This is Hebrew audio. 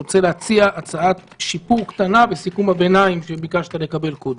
אני רוצה להציג הצעת שיפור קטנה בסיכום הביניים שביקשת לקבל קודם.